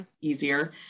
easier